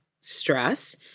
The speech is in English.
stress